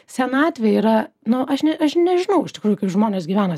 senatvė yra nu aš ne aš nežinau iš tikrųjų kai žmonės gyvena